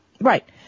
Right